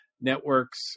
networks